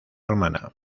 romana